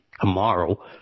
tomorrow